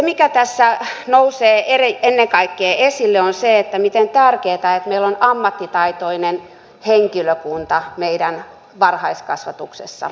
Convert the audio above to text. mikä tässä nousee ennen kaikkea esille on se miten tärkeätä on että meillä on ammattitaitoinen henkilökunta meidän varhaiskasvatuksessa